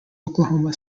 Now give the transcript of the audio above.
oklahoma